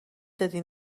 دادی